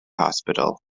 hospital